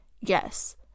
yes